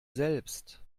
selbst